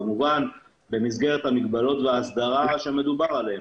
כמובן במסגרת המגבלות וההסדרה שמדובר עליהן.